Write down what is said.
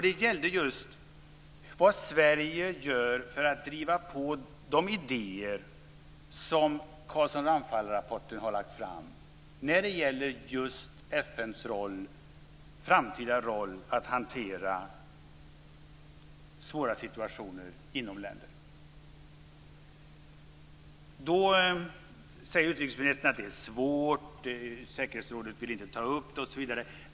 Det gällde vad Sverige gör för att driva på de idéer som lades fram i Carlsson Ramphal-rapporten när det gäller FN:s framtida roll att hantera svåra situationer inom länder. Då säger utrikesministern att det är svårt, säkerhetsrådet vill inte ta upp frågan osv.